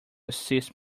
assist